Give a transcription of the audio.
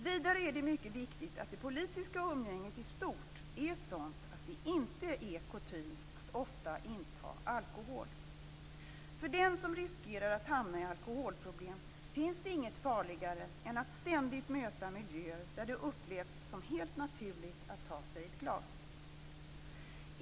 Vidare är det mycket viktigt att det politiska umgänget i stort är sådant att det inte är kutym att ofta inta alkohol. För den som riskerar att hamna i alkoholproblem finns det inget farligare än att ständigt möta miljöer där det upplevs som helt naturligt att ta sig ett glas.